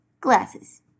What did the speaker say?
glasses